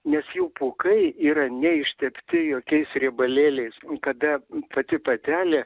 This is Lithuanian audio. nes jų pūkai yra neištepti jokiais riebalėliais kada pati patelė